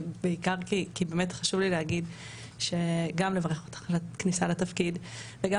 בעיקר כי באמת חשוב לי גם לברך אותך על הכניסה לתפקיד וגם